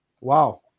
Wow